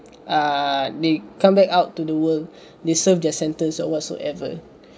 err they come back out to the world they serve their sentence or whatsoever